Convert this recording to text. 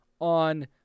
on